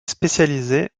spécialisée